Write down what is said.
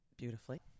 Beautifully